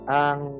ang